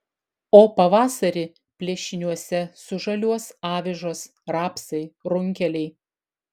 o pavasarį plėšiniuose sužaliuos avižos rapsai runkeliai